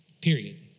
Period